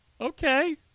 okay